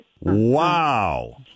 Wow